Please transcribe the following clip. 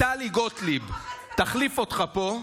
וטלי גוטליב תחליף אותך פה,